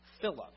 Philip